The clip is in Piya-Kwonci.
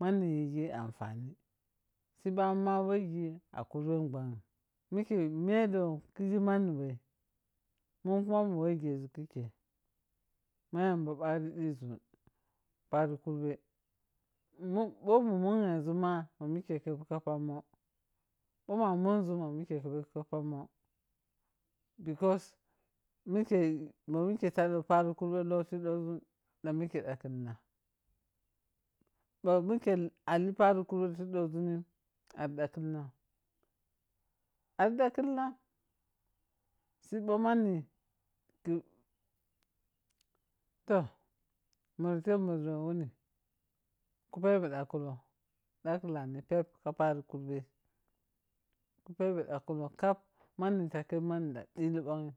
Mane yisi anfani sibamunma waji a kurben nbanyim mike medon kisi mani we mun kuma mu wejezun khikeyi ma yamba bagri dizun pari kurbe bho mu munghesu ma ma meke keb ka pamo boh ma unzum ma mike keb ka pamo because mike ma mike taddo paro kurbe laou ta dozun da mike daklina bo mike ali pari kurbe tiya dozunim ari dakhiham an dakbnon siba mani tih toh mun jeb munda wuni kupepe dakhulou, dakboil ni pep pari kurbe, ku pepe dakhe hoi pep ka pari kurbe lakhilale kap mani da kep mani ɗan ɗili manyi